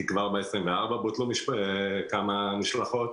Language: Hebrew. כי כבר ב-24 בפברואר בוטלו כמה משלחות,